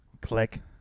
Click